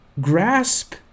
GRASP